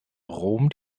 rom